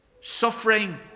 Suffering